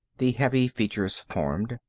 the heavy features formed.